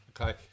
Okay